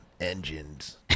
engines